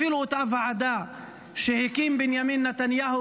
אפילו אותה ועדה שהקים בנימין נתניהו